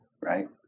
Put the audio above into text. right